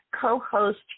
co-host